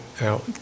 out